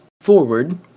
forward